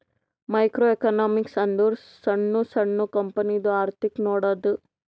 micro economics ಅಂದುರ್ ಸಣ್ಣು ಸಣ್ಣು ಕಂಪನಿದು ಅರ್ಥಿಕ್ ನೋಡದ್ದು